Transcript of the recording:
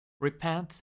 Repent